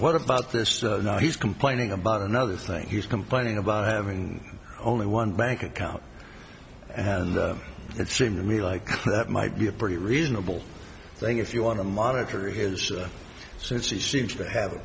what about this no he's complaining about another thing he's complaining about having only one bank account and it seems to me like that might be a pretty reasonable thing if you want to monitor his since he seems to have a